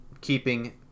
keeping